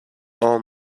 all